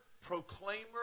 proclaimer